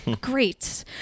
Great